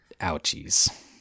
ouchies